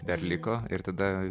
dar liko ir tada